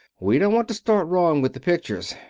we don't want to start wrong with the pictures.